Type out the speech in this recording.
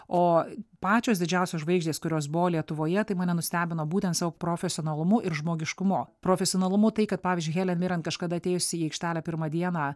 o pačios didžiausios žvaigždės kurios buvo lietuvoje tai mane nustebino būtent savo profesionalumu ir žmogiškumu profesionalumu tai kad pavyzdžiui helen miran kažkada atėjusi į aikštelę pirmą dieną